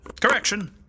Correction